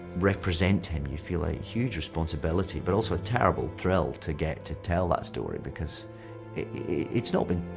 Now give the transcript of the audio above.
represent him, you feel a huge responsibility, but also a terrible thrill to get to tell that story because it's not been,